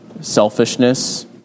selfishness